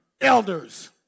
elders